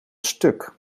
stuk